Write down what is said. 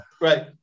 Right